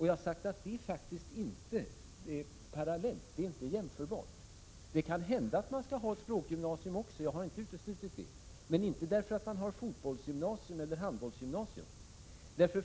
Jag har sagt att dessa linjer faktiskt inte är jämförbara. Det kan hända att man skall ha ett språkgymnasium också. Jag har inte uteslutit det. Men man skall inte ha det på grund av att man har ett fotbollsgymnasium eller ett handbollsgymnasium.